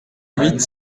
huit